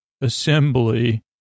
Assembly